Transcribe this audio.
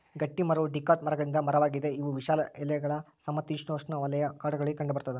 ಗಟ್ಟಿಮರವು ಡಿಕಾಟ್ ಮರಗಳಿಂದ ಮರವಾಗಿದೆ ಇವು ವಿಶಾಲ ಎಲೆಗಳ ಸಮಶೀತೋಷ್ಣಉಷ್ಣವಲಯ ಕಾಡುಗಳಲ್ಲಿ ಕಂಡುಬರ್ತದ